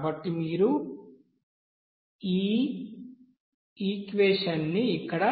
కాబట్టి మీరు ఈ ని ఇక్కడ